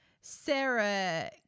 Sarah